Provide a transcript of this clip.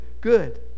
good